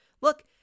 Look